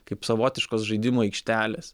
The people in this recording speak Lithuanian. kaip savotiškos žaidimo aikštelės